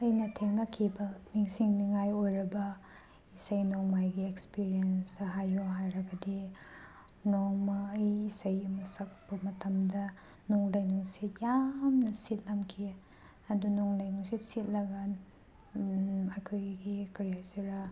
ꯑꯩꯅ ꯊꯦꯡꯅꯈꯤꯕ ꯅꯤꯡꯁꯤꯡꯅꯤꯡꯉꯥꯏ ꯑꯣꯏꯔꯕ ꯏꯁꯩ ꯅꯣꯡꯃꯥꯏꯒꯤ ꯑꯦꯛꯁꯄꯤꯔꯤꯌꯦꯟꯁꯇ ꯍꯥꯏꯌꯣ ꯍꯥꯏꯔꯒꯗꯤ ꯅꯣꯡꯃ ꯑꯩ ꯏꯁꯩ ꯑꯃ ꯁꯛꯄ ꯃꯇꯝꯗ ꯅꯣꯡꯂꯩ ꯅꯨꯡꯁꯤꯠ ꯌꯥꯝꯅ ꯁꯤꯠꯂꯝꯈꯤ ꯑꯗꯨ ꯅꯣꯡꯂꯩ ꯅꯨꯡꯁꯤꯠ ꯁꯤꯠꯂꯒ ꯑꯩꯈꯣꯏꯒꯤ ꯀꯔꯤ ꯍꯥꯏꯁꯤꯔ